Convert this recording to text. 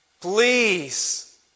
please